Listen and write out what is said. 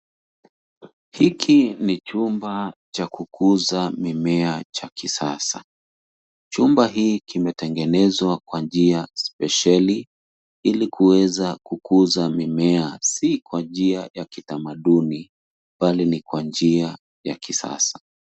Hiki ni chumba cha kukuza mimea cha kisasa. Chumba hiki kimetengenezwa kwa njia spesheli ili kuweza kukuza mimea, si kwa njia ya kitamaduni, bali ni kwa njia ya kisasa.